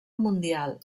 mundial